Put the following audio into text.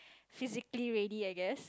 physically ready I guess